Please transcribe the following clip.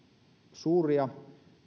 suuria